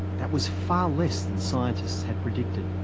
that was far less than scientists had predicted.